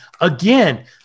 again